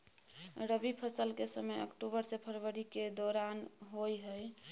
रबी फसल के समय अक्टूबर से फरवरी के दौरान होय हय